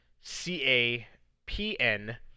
C-A-P-N